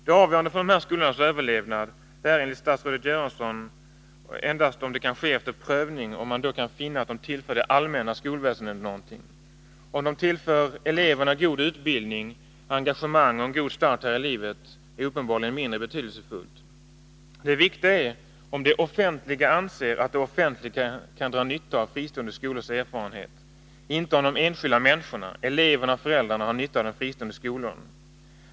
Det avgörande för dessa skolors överlevnad är, enligt statsrådet Göransson, om man efter prövning kan visa att de tillför det allmänna skolväsendet någonting. Om de tillför eleverna god utbildning, engagemang och en god start här i livet är uppenbarligen mindre betydelsefullt. Det viktiga är om det offentliga anser att det offentliga kan dra nytta av fristående skolors erfarenheter, inte om de enskilda människorna — eleverna och föräldrarna — har nytta av de fristående skolorna.